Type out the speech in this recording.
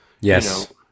Yes